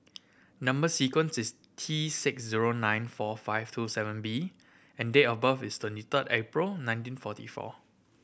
number sequence is T six zero nine four five two seven B and date of birth is twenty third April nineteen forty four